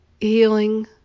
healing